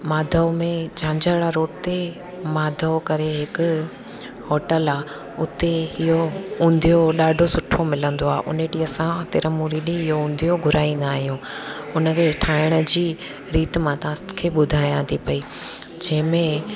माधव में झांझण रोड ते माधव करे हिकु होटल आहे उते इहो उंधियू ॾाढो सुठो मिलंदो आहे उन ॾींहुं असां हुते तिरमूरी ॾींहुं इहो उंधियू घुराईंदा आहियूं उन खे ठाहिण जी रीति मां तव्हांखे ॿुधायां थी पई जंहिंमें